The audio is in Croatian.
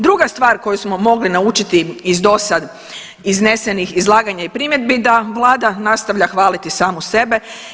Druga stvar koju smo mogli naučiti iz do sad iznesenih izlaganja i primjedbi da Vlada nastavlja hvaliti samu sebe.